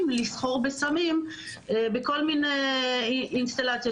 לסחור בסמים בכל מיני אינסטלציות.